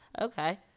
Okay